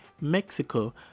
Mexico